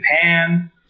Japan